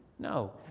No